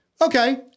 Okay